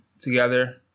together